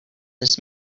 this